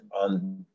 on